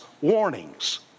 warnings